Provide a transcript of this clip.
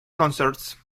concerts